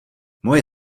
moje